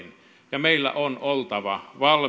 ja meillä on oltava